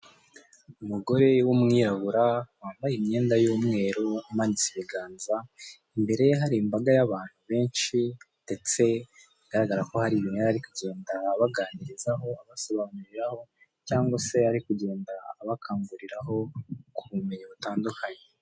Umugore w'umwirabura, wambaye imyenda y'umweru, umanitse ibiganza, imbere ye hari imbaga y'abantu benshi, ndetse bigaragara ko hari ibintu yari ari kugenda abaganirizaho, abasobanuriraho, cyangwa se ari kugenda abakanguriraho, ku bumenyi butandukanye.